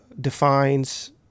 defines